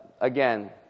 again